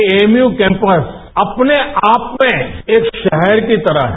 AMU campus अपने आप में एक शहर की तरह है